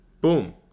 boom